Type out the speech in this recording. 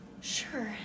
Sure